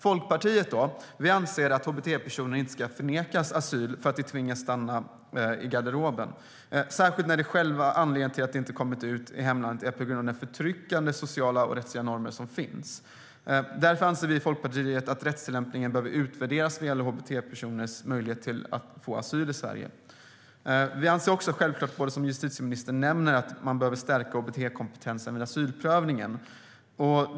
Folkpartiet anser att hbt-personer inte ska förnekas asyl för att de tvingas stanna i garderoben, och särskilt inte när själva anledningen till att de inte har kommit ut i hemlandet är de förtryckande sociala och rättsliga normer som finns. Därför anser vi i Folkpartiet att rättstillämpningen behöver utvärderas vad gäller hbt-personers möjlighet att få asyl i Sverige. Vi anser också självklart, vilket justitieministern nämner, att man behöver stärka hbt-kompetensen i asylprövningen.